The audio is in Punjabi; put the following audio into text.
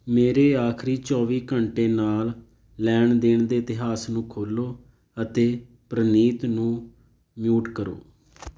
ਮੇਰੇ ਆਖਰੀ ਚੌਵੀ ਘੰਟੇ ਨਾਲ ਲੈਣ ਦੇਣ ਦੇ ਇਤਿਹਾਸ ਨੂੰ ਖੋਲ੍ਹੋ ਅਤੇ ਪ੍ਰਨੀਤ ਨੂੰ ਮਿਊਟ ਕਰੋ